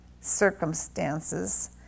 circumstances